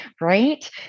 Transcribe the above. right